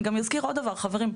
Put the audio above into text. אני גם אזכיר עוד דבר חברים,